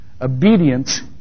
Obedience